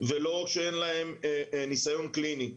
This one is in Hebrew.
ולא שאין להם ניסיון קליני,